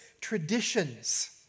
traditions